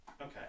Okay